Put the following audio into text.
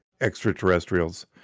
extraterrestrials